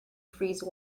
freeze